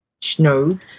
Snow